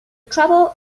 trouble